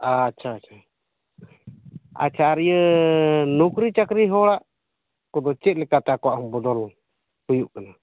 ᱟᱪᱪᱷᱟ ᱟᱪᱪᱷᱟ ᱟᱨ ᱤᱭᱟᱹ ᱱᱚᱠᱨᱤ ᱪᱟᱠᱨᱤ ᱦᱚᱲᱟᱜ ᱠᱚᱫᱚ ᱪᱮᱫ ᱞᱮᱠᱟᱛᱮ ᱟᱠᱚᱣᱟᱜ ᱦᱚᱸ ᱵᱚᱫᱚᱞ ᱮᱱ ᱛᱟᱭᱟ